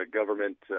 government